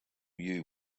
you